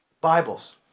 Bibles